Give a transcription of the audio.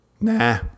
Nah